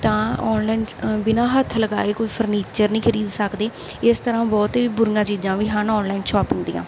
ਤਾਂ ਔਨਲਾਈਨ ਬਿਨਾ ਹੱਥ ਲਗਾਏ ਕੋਈ ਫਰਨੀਚਰ ਨਹੀਂ ਖਰੀਦ ਸਕਦੇ ਇਸ ਤਰ੍ਹਾਂ ਬਹੁਤ ਹੀ ਬੁਰੀਆਂ ਚੀਜ਼ਾਂ ਵੀ ਹਨ ਔਨਲਾਈਨ ਸ਼ੋਪਿੰਗ ਦੀਆਂ